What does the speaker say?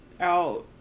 out